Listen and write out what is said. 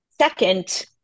Second